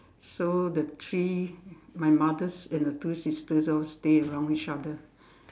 so the three my mothers and her two sisters all stay around each other